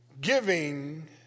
giving